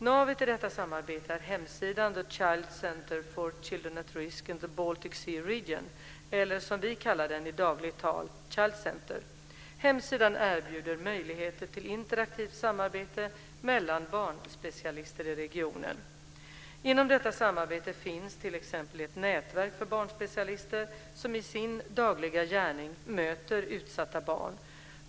Navet i detta samarbete är hemsidan "The Child Centre for Children at Risk in the Baltic Sea Region" eller som vi kallar den i dagligt tal "Child Centre". Hemsidan erbjuder möjligheter till interaktivt samarbete mellan barnspecialister i regionen. Inom detta samarbete finns t.ex. ett nätverk för barnspecialister som i sin dagliga gärning möter utsatta barn.